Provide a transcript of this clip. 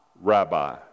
rabbi